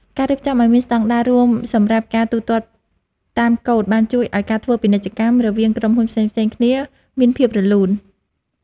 ការរៀបចំឱ្យមានស្តង់ដាររួមសម្រាប់ការទូទាត់តាមកូដបានជួយឱ្យការធ្វើពាណិជ្ជកម្មរវាងក្រុមហ៊ុនផ្សេងៗគ្នាមានភាពរលូន។